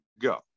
go